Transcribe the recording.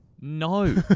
No